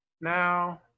Now